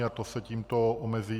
A to se tímto omezí.